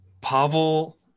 Pavel